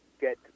get